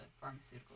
pharmaceutical